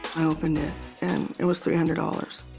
i opened it and it was three hundred dollars